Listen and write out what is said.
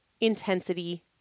intensity